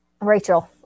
Rachel